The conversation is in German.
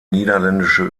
niederländische